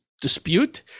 dispute